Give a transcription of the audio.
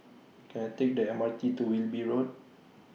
Can I Take The M R T to Wilby Road